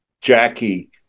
Jackie